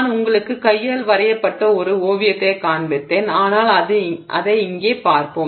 நான் உங்களுக்குக் கையால் வரையப்பட்ட ஒரு ஓவியத்தை காண்பித்தேன் ஆனால் அதை இங்கே பார்ப்போம்